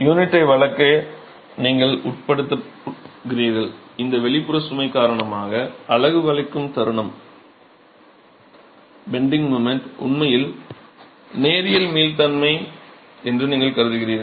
யூனிட்டை வளைக்க நீங்கள் உட்படுத்துகிறீர்கள் இந்த வெளிப்புற சுமை காரணமாக அலகு பெண்டிங்க் மொமென்ட் உண்மையில் நேரியல் மீள்தன்மை என்று நீங்கள் கருதுகிறீர்கள்